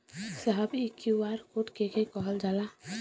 साहब इ QR code के के कहल जाला?